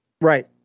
Right